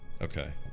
okay